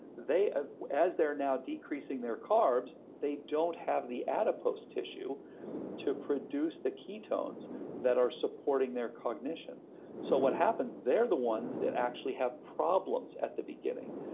ah as they're now decreasing their carbs, they don't have the adipose tissue to produce the ketones that are supporting their cognition so what happens, they're the ones that actually have problems at the beginning.